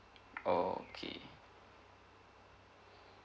orh okay